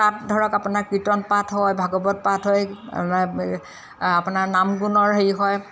তাত ধৰক আপোনাৰ কীৰ্তন পাঠ হয় ভাগৱত পাঠ হয় আপোনাৰ নামগুণৰ হেৰি হয়